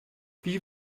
wie